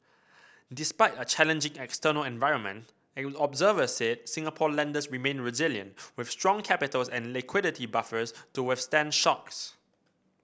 despite a challenging external environment observers said Singapore lenders remain resilient with strong capital and liquidity buffers to withstand shocks